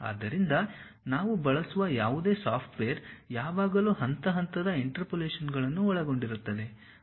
ಆದ್ದರಿಂದ ನಾವು ಬಳಸುವ ಯಾವುದೇ ಸಾಫ್ಟ್ವೇರ್ ಯಾವಾಗಲೂ ಹಂತ ಹಂತದ ಇಂಟರ್ಪೋಲೇಶನ್ಗಳನ್ನು ಒಳಗೊಂಡಿರುತ್ತದೆ